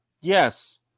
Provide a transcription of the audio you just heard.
yes